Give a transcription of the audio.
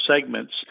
segments